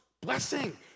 blessing